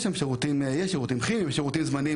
יש שירותים כימיים ויש בצד שירותים זמניים,